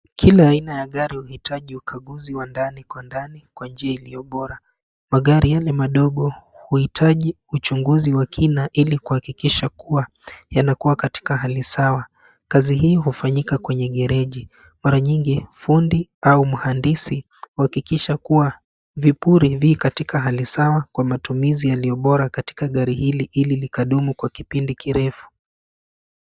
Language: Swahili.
Kila aina ya gari huhitaji ukaguzi wa ndani kwa ndani kwa njia iliyo bora. Magari yale madogo huhitaji uchunguzi wa kina ili kuhakikisha kuwa yanakuwa katika hali sawa. Kazi hii hufanyika kwenye gereji. Mara nyingi, fundi au mhandisi huhakikisha kuwa vipuri vi katika hali sawa kwa matumizi yaliyo bora katika gari hili ili likadumu kwa kipindi kirefu.